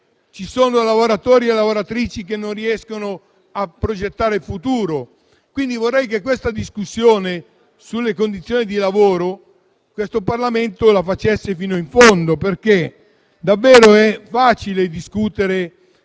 Ci sono lavoratori e lavoratrici che non riescono a progettare il futuro. Vorrei che la discussione sulle condizioni di lavoro questo Parlamento la facesse fino in fondo. È davvero facile discutere